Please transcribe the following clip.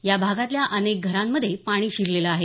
या भागातल्या अनेक घरांमध्ये पाणी शिरलेलं आहे